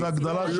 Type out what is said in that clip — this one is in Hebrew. זה הגדלה.